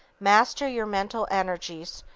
master your mental energies,